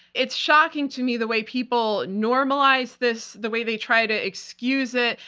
it's shocking to me the way people normalize this, the way they try to excuse it,